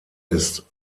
ist